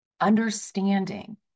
understanding